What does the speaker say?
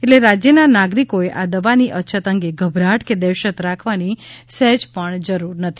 એટલે રાજ્યના નાગરિકોએ આ દવાની અછત અંગે ગભરાટ કે દહેશત રાખવાની સહેજ પણ જરૂર નથી